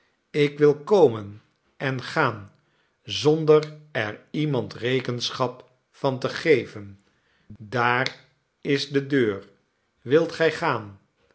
ik wil komen en gaan zonder er iemand rekenschap van te geven daar is de deur wilt gij gaan